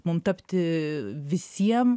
mum tapti visiem